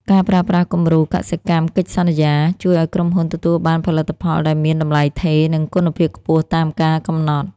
ការប្រើប្រាស់គំរូកសិកម្មកិច្ចសន្យា ជួយឱ្យក្រុមហ៊ុនទទួលបានផលិតផលដែលមានតម្លៃថេរ និងគុណភាពខ្ពស់តាមការកំណត់។